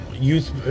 youth